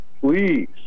please